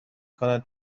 کنند